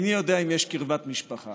איני יודע אם יש קרבת משפחה